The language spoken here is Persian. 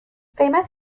قیمت